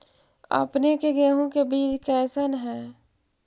अपने के गेहूं के बीज कैसन है?